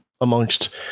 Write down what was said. amongst